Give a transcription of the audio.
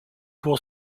pour